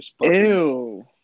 Ew